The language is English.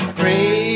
pray